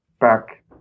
back